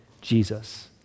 Jesus